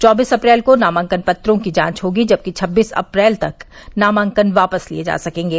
चौबीस अप्रैल को नामांकन पत्रों की जांच होगी जबकि छब्बीस अप्रैल तक नामांकन वापस लिये जा सकेंगे